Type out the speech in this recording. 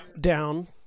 down